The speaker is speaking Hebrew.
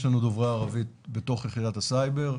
כן, יש לנו דוברי ערבית בתוך יחידת הסייבר.